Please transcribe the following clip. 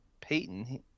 Peyton